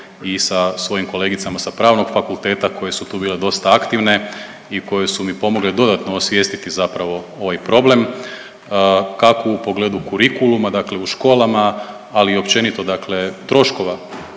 i sa svojim kolegicama sa Pravnog fakulteta koje su tu bile dosta aktivne i koje su mi pomogle dodatno osvijestiti ovaj problem, kako u pogledu kurikuluma dakle u školama, ali i općenito dakle troškova